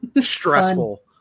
stressful